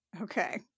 Okay